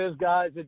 guys